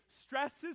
stresses